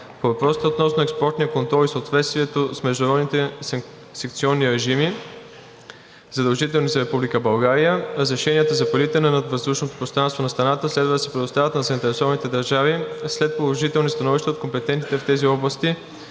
По въпросите относно експортния контрол и съответствието с международните санкционни режими, задължителни за Република България, разрешенията за прелитане над въздушното пространство на страната следва да се предоставят на заинтересованите държави след положителни становища от компетентните в тези области